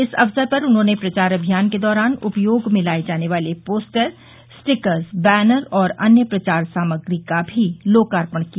इस अवसर पर उन्होंने प्रचार अभियान के दौरान उपयोग में लाये जाने वाले पोस्टर स्टीकर बैनर और अन्य प्रचार सामग्री का भी लोकार्पण किया